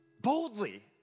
Boldly